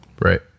right